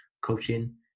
coaching